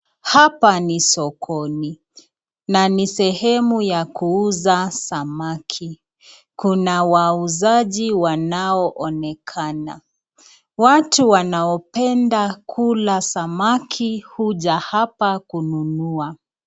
Hapa ni sokoni na ni sehemu ya kuuza samaki. Kuna wauzaji wanaoonekana watu wanaopenda kula samaki huja hapa kununua.